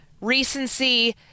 recency